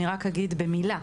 אני רק אגיד במילה,